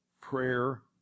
prayer